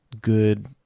good